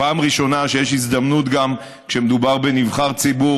פעם ראשונה שיש הזדמנות גם כשמדובר בנבחר ציבור